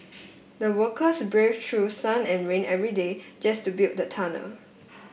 the workers braved through sun and rain every day just to build the tunnel